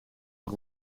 nog